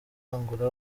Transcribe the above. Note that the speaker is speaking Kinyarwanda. angola